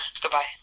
Goodbye